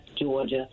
Georgia